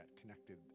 connected